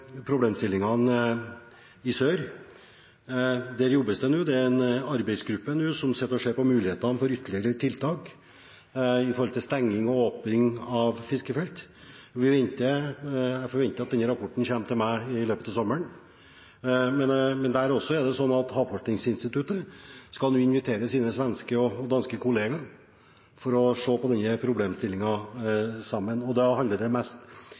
problemstillingene i sør. Der jobbes det nå, det er en arbeidsgruppe som sitter og ser på mulighetene for ytterligere tiltak som gjelder stenging og åpning av fiskefelt. Jeg forventer at denne rapporten kommer til meg i løpet av sommeren. Men der også er det slik at Havforskningsinstituttet nå skal invitere sine svenske og danske kolleger for at de skal se på denne problemstillingen sammen. Da handler det